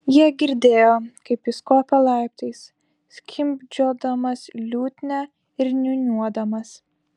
jie girdėjo kaip jis kopia laiptais skimbčiodamas liutnia ir niūniuodamas